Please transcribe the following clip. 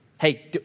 Hey